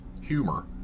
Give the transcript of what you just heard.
humor